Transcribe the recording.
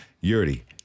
Yuri